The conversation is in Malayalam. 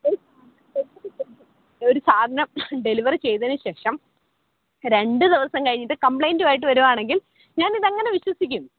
ഒരു സാധനം ഡെലിവർ ചെയ്തതിനു ശേഷം ഒരു സാധനം ഡെലിവർ ചെയ്തതിനു ശേഷം രണ്ടു ദിവസം കഴിഞ്ഞിട്ട് കമ്പ്ലൈൻ്റുമായിട്ട് വരികയാണെങ്കിൽ ഞാനിതെങ്ങനെ വിശ്വസിക്കും